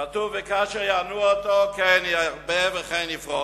כתוב: וכאשר יענו אותו, כן ירבה וכן יפרוץ.